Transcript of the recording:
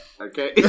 Okay